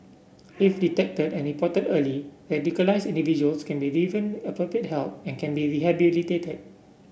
if detected and reported early radicalised individuals can be given appropriate help and can be rehabilitated